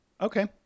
Okay